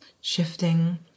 shifting